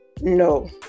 no